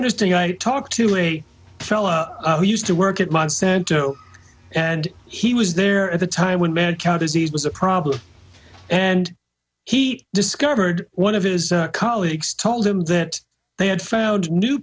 interesting i talked to a fellow who used to work at monsanto and he was there at the time when mad cow disease was a problem and he discovered one of his colleagues told him that they had found new